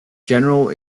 general